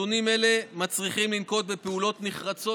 נתונים אלה מצריכים לנקוט פעולות נחרצות